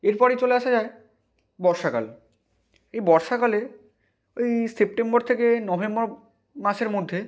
এরপরেই চলে আসা যায় বর্ষাকাল এই বর্ষাকালে ওই সেপ্টেম্বর থেকে নভেম্বর মাসের মধ্যে